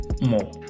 more